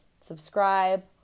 subscribe